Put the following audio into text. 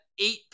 eight